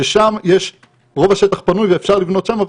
ששם רוב השטח פנוי ואפשר לבנות שם.